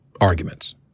arguments